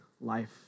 life